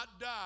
die